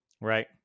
right